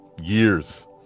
years